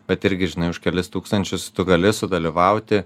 bet irgi žinai už kelis tūkstančius tu gali sudalyvauti